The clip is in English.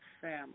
family